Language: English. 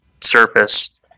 surface